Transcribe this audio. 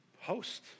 host